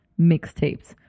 mixtapes